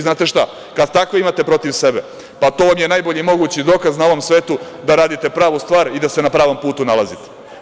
Znate šta, kad takve imate protiv sebe, pa to vam je najbolji mogući dokaz na ovom svetu da radite pravu stvar i da se na pravom putu nalazite.